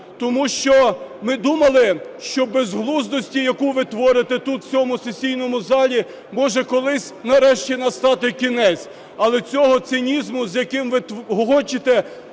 Тому що ми думали, що безглуздості, яку ви творите тут, у цьому сесійному залі, може колись настати кінець, але цього цинізму, з яким ви хочете